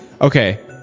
Okay